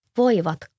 voivat